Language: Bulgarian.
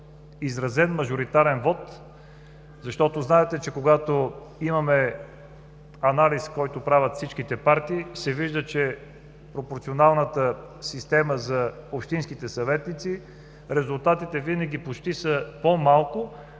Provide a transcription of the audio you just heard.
изразен мажоритарен вот, защото знаете, че когато имаме анализ, който правят всички партии, се вижда, че пропорционалната система за общинските съветници, почти винаги резултатите са по-малко